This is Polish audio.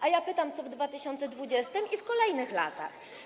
A ja pytam: Co w 2020 r. i w kolejnych latach?